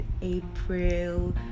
April